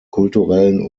kulturellen